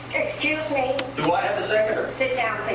excuse me. do i have a seconder? sit down,